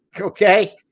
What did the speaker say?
Okay